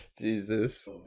Jesus